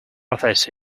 office